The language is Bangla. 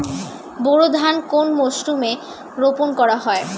বোরো ধান কোন মরশুমে রোপণ করা হয়?